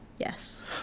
yes